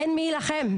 אין מי יילחם,